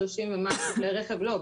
זה